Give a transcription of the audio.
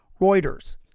Reuters